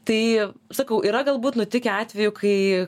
tai sakau yra galbūt nutikę atvejų kai